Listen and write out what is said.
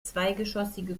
zweigeschossige